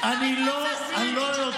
אני לא יודע,